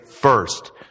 first